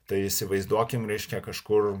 tai įsivaizduokim reiškia kažkur